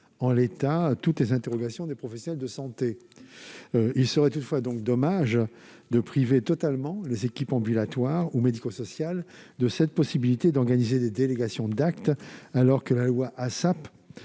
levait pas toutes les interrogations des professionnels de santé. Il serait toutefois dommage de priver totalement les équipes ambulatoires ou médico-sociales de la possibilité d'organiser des délégations d'actes, alors que la loi